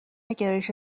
گرایش